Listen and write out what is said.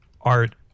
art